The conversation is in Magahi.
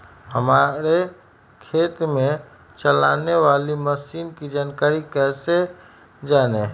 हमारे खेत में चलाने वाली मशीन की जानकारी कैसे जाने?